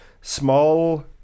small